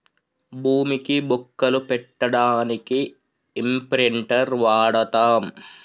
భూమికి బొక్కలు పెట్టడానికి ఇంప్రింటర్ వాడతం